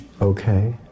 Okay